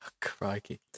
Crikey